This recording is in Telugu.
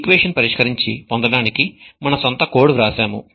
ఈక్వేషన్ పరిష్కరించి పొందడానికి మన సొంత కోడ్ వ్రాసాము